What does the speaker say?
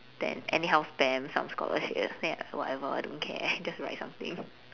then anyhow spam some scholarships ya whatever don't care just write something